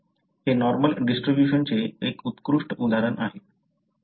हे नॉर्मल डिस्ट्रिब्युशनचे एक उत्कृष्ट उदाहरण आहे